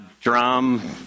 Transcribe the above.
drum